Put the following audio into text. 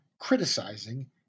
criticizing